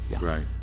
Right